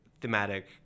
thematic